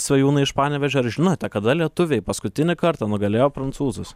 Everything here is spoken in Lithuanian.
svajūnai iš panevėžio ar žinote kada lietuviai paskutinį kartą nugalėjo prancūzus